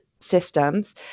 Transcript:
systems